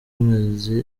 amazi